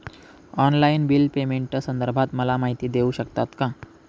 Online bill पेमेंटसंदर्भात मला माहिती देऊ शकतात का?